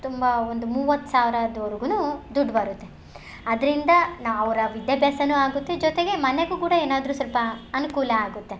ತುಂಬ ಒಂದು ಮೂವತ್ತು ಸಾವಿರದವರ್ಗುನೂ ದುಡ್ಡು ಬರುತ್ತೆ ಅದರಿಂದ ನಾ ಅವರ ವಿದ್ಯಾಭ್ಯಾಸನು ಆಗುತ್ತೆ ಜೊತೆಗೆ ಮನೆಗು ಕೂಡ ಏನಾದ್ರೂ ಸ್ವಲ್ಪ ಅನುಕೂಲ ಆಗುತ್ತೆ